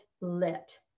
lit